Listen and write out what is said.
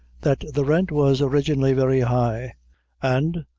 that the rent was originally very high and,